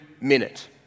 minute